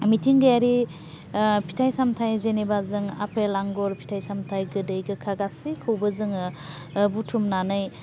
मिथिंगायारि फिथाइ सामथाइ जेनेबा जों आफेल आंगुर फिथाइ सामथाइ गोदै गोखा गासैखौबो जोङो बुथुमनानै